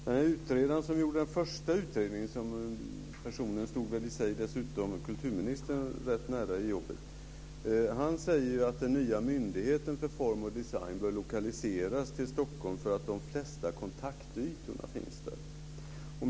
Den utredare som gjorde den första utredningen stod dessutom kulturministern rätt nära i jobbet. Han säger att den nya myndigheten för form och design bör lokaliseras till Stockholm därför att de flesta kontaktytorna finns där.